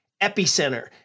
epicenter